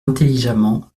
intelligemment